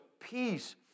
peace